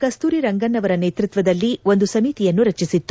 ಕಸ್ತೂರಿ ರಂಗನ್ ಅವರ ನೇತೃತ್ವದಲ್ಲಿ ಒಂದು ಸಮಿತಿಯನ್ನು ರಚಿಸಿತ್ತು